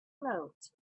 float